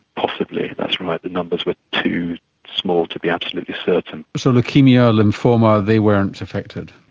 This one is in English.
possibly, that's right. the numbers were too small to be absolutely certain. so leukaemia, lymphoma, they weren't affected?